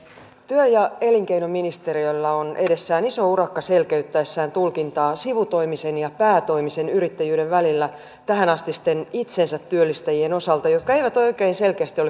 työ ja elinkeinoministeriöllä on edessään iso urakka selkeyttäessään tulkintaa sivutoimisen ja päätoimisen yrittäjyyden välillä tähänastisten itsensä työllistäjien osalta jotka eivät kolmas asia